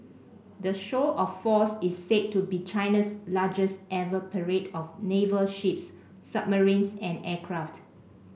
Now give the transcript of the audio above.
the show of force is said to be China's largest ever parade of naval ships submarines and aircraft